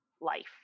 Life